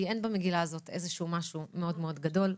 כי אין במגילה הזאת איזשהו משהו מאוד-מאוד גדול,